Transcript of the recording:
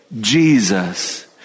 Jesus